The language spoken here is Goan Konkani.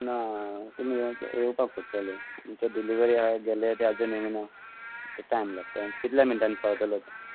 ना तुमी येव येवपाक पडटलें आमचें डिलीवरी आसा गेल्ले ते आजून येवंक ना तें टायम लागता कितल्या मिनटांनी पावतलो तो